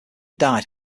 died